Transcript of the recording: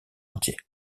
entier